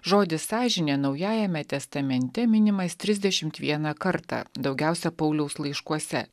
žodis sąžinė naujajame testamente minimas trisdešimt vieną kartą daugiausia pauliaus laiškuose